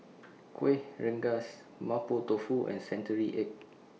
Kuih Rengas Mapo Tofu and Century Egg